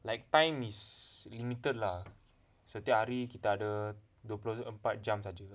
like time is limited lah setiap hari tak ada dua puluh empat jam sahaja